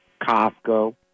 Costco